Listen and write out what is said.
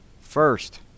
first